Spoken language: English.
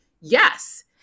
yes